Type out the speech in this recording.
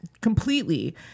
completely